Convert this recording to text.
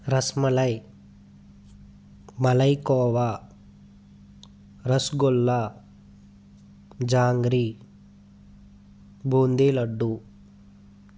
రస్మలై మలైపోవా రస్గుల్లా జాంగ్రి బూందీ లడ్డు